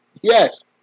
Yes